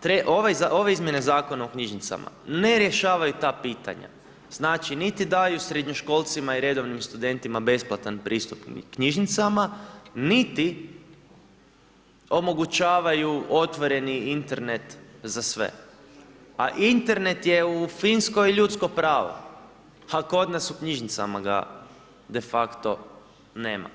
treba, ove izmjene zakona u knjižnicama ne rješavaju ta pitanja, znači niti daju srednjoškolcima i redovnim studentima besplatan pristup knjižnicama, niti omogućavaju otvoreni Internet za sve, a Internet je u Finskoj ljudsko pravo, a kod nas u knjižnicama ga de facto nema.